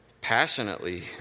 passionately